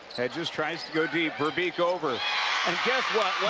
hedges tries to go deep veerbeek over and guess what,